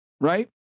right